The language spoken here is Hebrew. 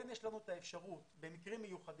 כן יש לנו את האפשרות במקרים מיוחדים,